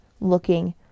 looking